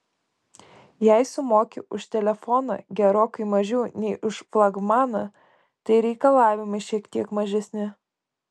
jei sumoki už telefoną gerokai mažiau nei už flagmaną tai ir reikalavimai šiek tiek mažesni